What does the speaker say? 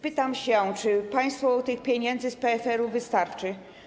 Pytam się, czy państwu tych pieniędzy z PFR wystarczy.